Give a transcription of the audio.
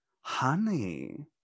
honey